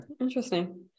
Interesting